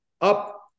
up